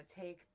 take